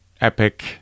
epic